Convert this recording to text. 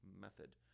Method